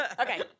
Okay